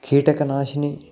कीटकनाशिनि